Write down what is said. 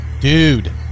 dude